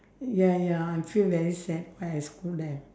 ya ya I feel very sad why I scold them